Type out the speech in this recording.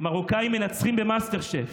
מרוקאים מנצחים במאסטר שף.